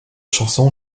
chanson